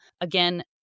Again